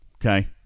okay